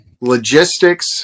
Logistics